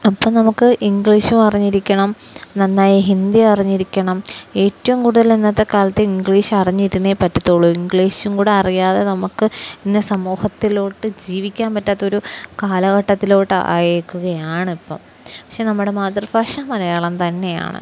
അപ്പോള് നമുക്ക് ഇംഗ്ലീഷും അറിഞ്ഞിരിക്കണം നന്നായി ഹിന്ദി അറിഞ്ഞിരിക്കണം ഏറ്റവും കൂടുതൽ ഇന്നത്തെക്കാലത്ത് ഇംഗ്ലീഷ് അറിഞ്ഞിരുന്നേ പറ്റുകയുള്ളൂ ഇംഗ്ലീഷും കൂടെ അറിയാതെ നമുക്ക് ഇന്ന് സമൂഹത്തില് ജീവിക്കാൻ പറ്റാത്തൊരു കാലഘട്ടത്തിലേക്ക് ആയിരിക്കുകയാണ് ഇപ്പം പക്ഷെ നമ്മുടെ മാതൃഭാഷ മലയാളം തന്നെയാണ്